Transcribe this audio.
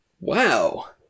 Wow